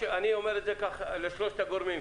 אני אומר את זה לשלושת הגורמים,